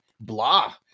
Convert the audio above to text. blah